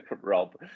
Rob